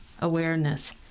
awareness